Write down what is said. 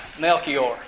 Melchior